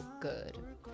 good